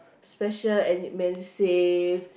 special any Medisave